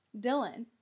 Dylan